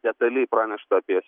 detaliai pranešta apie